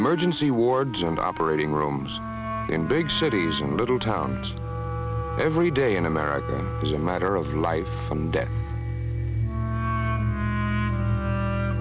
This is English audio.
emergency wards and operating rooms in big cities in little towns every day in america is a matter of life and death